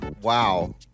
Wow